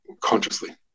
consciously